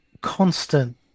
Constant